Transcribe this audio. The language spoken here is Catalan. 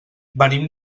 venim